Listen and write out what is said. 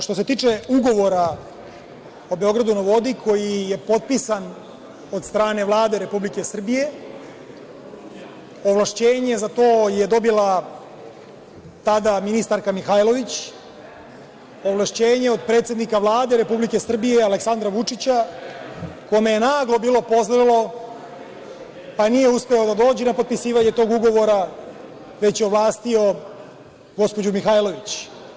Što se tiče Ugovora o „Beogradu na vodi“ koji je potpisan od strane Vlade Republike Srbije, ovlašćenje za to je dobila tada ministarka Mihajlović, ovlašćenje od predsednika Vlade Republike Srbije Aleksandra Vučića, kome je naglo bilo pozlilo, pa nije uspeo da dođe na potpisivanje tog Ugovora, već je ovlastio gospođu Mihajlović.